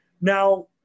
Now